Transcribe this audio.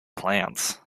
plants